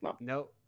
no